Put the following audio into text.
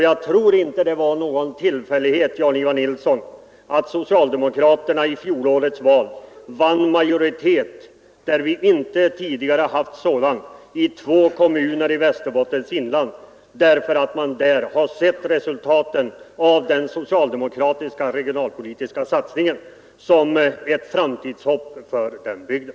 Jag tror inte att det var någon tillfällighet, herr Nilsson i Tvärålund, att socialdemokraterna i fjolårets val vann majoritet där vi inte tidigare haft sådan i två kommuner i Västerbottens inland. Där har man nämligen sett resultaten av den socialdemokratiska regionalpolitiska satsningen som ett framtidshopp för den bygden.